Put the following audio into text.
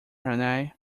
hannay